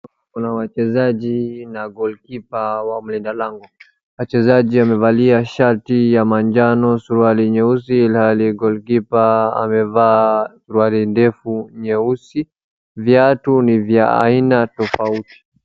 Kuna wachezaji na goli kipa wa mlinda lango, wachezaji wamevalia shati ya manjano, suruali nyeusi ilhali goli kipa amevaa suruali ndefu nyeusi, viatu ni vya aina tofauti.